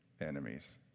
enemies